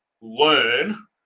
learn